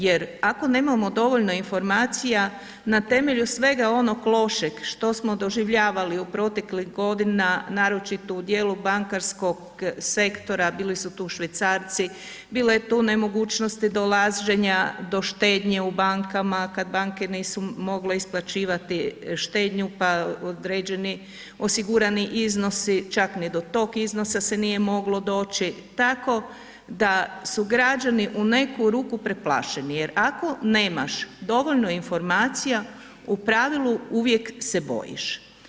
Jer ako nemamo dovoljno informacija na temelju svega onog lošeg što smo doživljavali u proteklih godina naročito u dijelu bankarskog sektora, bili su tu švicarci, bilo je tu nemogućnosti dolaženja do štednje u bankama kada banke nisu mogle isplaćivati štednju pa određeni osigurani iznosi čak ni do tog iznosa se nije moglo doći, tako da su građani u neku ruku preplašeni, jer ako nemaš dovoljno informacija u pravilu uvijek se bojiš.